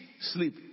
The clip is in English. sleep